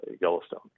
Yellowstone